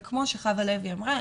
וכמו שחוה לוי אמרה,